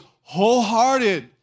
wholehearted